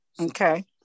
okay